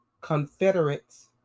confederates